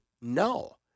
no